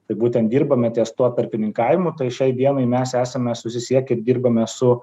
tai būtent dirbame ties tuo tarpininkavimu tai šiai dienai mes esame susisiekę dirbame su